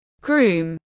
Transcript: groom